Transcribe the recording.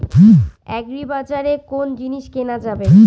আগ্রিবাজারে কোন জিনিস কেনা যাবে?